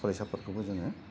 फरायसाफोरखौबो जोंङो